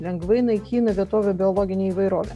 lengvai naikina vietovių biologinę įvairovę